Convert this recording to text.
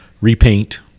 Repaint